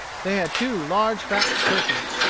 they had two large, fat turkeys,